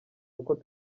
uko